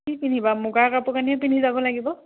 কি পিন্ধিবা মুগাৰ কাপোৰ কানিয়েই পিন্ধি যাব লাগিব